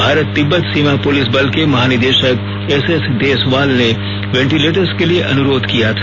भारत तिब्बत सीमा पुलिस बल के महानिदेशक एसएस देसवाल ने वेंटिर्लेटर्स के लिए अनुरोध किया था